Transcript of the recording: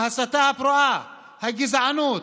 ההסתה הפרועה, הגזענות,